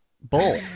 Bull